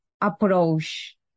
approach